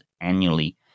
annually